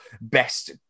best